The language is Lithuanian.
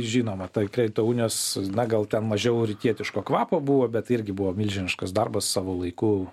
žinoma tai kredito unijos na gal ten mažiau rytietiško kvapo buvo bet irgi buvo milžiniškas darbas savo laiku